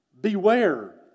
beware